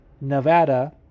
Nevada